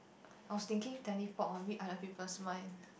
I was thinking teleport of it and the people smile